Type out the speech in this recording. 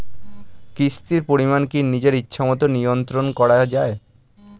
কিস্তির পরিমাণ কি নিজের ইচ্ছামত নিয়ন্ত্রণ করা যায়?